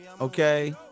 Okay